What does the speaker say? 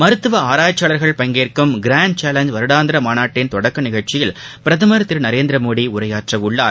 மருத்துவ ஆராய்ச்சியாளர்கள் பங்கேற்கும் கிராண்ட் சேலஞ்ச் வருடாந்திர மாநாட்டின் தொடக்க நிகழ்ச்சியில் பிரதமர் திரு நரேந்திர மோடி உரையாற்ற உள்ளார்